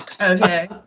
Okay